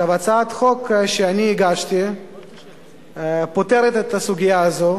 הצעת החוק שאני הגשתי פותרת את הסוגיה הזאת